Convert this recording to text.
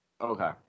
okay